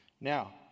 Now